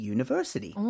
University